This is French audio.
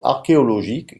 archéologique